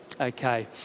Okay